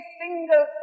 single